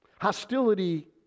Hostility